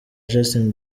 justin